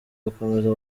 gukomeza